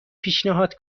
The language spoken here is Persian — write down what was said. پیشنهاد